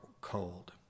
cold